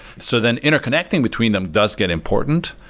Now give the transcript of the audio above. so then interconnecting between them does get important,